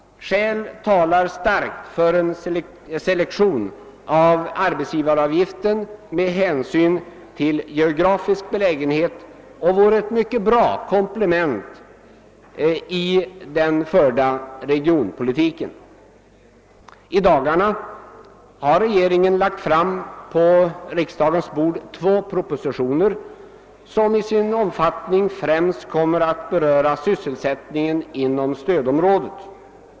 Skäl talar starkt för att en selektion av arbetsgivaravgiften med hänsyn till geografisk belägenhet vore ett mycket bra komplement i den förda regionalpolitiken. I dagarna har regeringen på riksdagens bord lagt två propositioner, vilka i sin omfattning främst kommer att beröra sysselsättningen inom stödområdet.